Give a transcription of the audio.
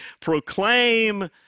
proclaim